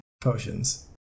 Potions